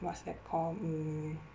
what's that call mm